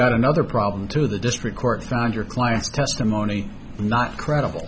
got another problem to the district court found your client's testimony not credible